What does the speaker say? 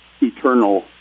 eternal